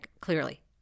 clearly